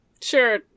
sure